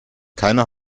keiner